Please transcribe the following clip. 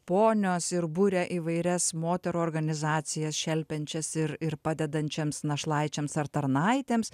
ponios ir buria įvairias moterų organizacijas šelpiančias ir ir padedančiams našlaičiams ar tarnaitėms